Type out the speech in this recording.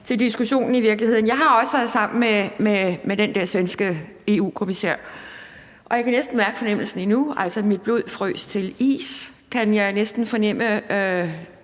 til diskussionen. Jeg har også været sammen med den der svenske EU-kommissær, og jeg kan næsten mærke fornemmelsen endnu, altså hvordan mit blod frøs til is. Jeg kan næsten stadig